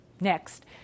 next